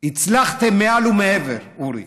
הצלחתם מעל ומעבר, אורי.